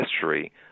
history